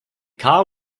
car